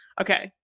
Okay